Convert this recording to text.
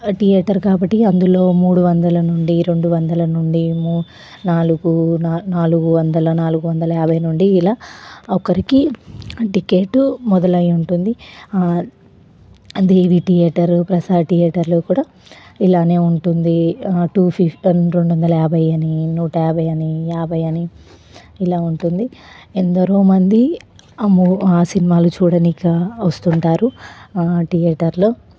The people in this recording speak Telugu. థియేటర్ కాబట్టి అందులో మూడు వందల నుండి రెండు వందల నుండి నాలుగు నాలుగు వందల నాలుగు వందల యాభై నుండి ఇలా ఒకరికి టికెట్ మొదలయ్యి ఉంటుంది దేవి థియేటర్ ప్రసాద్ థియేటర్లో కూడా ఇలానే ఉంటుంది టు ఫి రెండు వందల యాభై అని నూట యాభై అని యాభై అని ఇలా ఉంటుంది ఎందరో మంది ఆ మో ఆ సినిమాలు చూడటానికి వస్తుంటారు థియేటర్లో